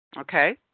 Okay